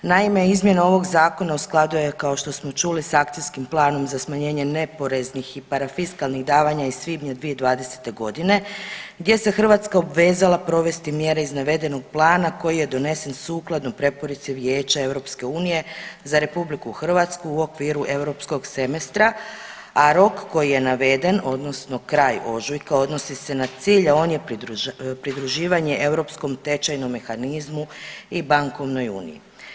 Naime, izmjena ovog zakona u skladu je kao što smo čuli s Akcijskom planom za smanjenje neporeznih i parafiskalnih davanja iz svibnja 2020. godine gdje se Hrvatska obvezala mjere iz navedenog plana koji je donesen sukladno preporuci Vijeća EU za RH u okviru europskog semestra, a rok koji je naveden odnosno kraj ožujka odnosi se na cilj, a on je pridruživanje europskom tečajnom mehanizmu i bankovnoj uniji.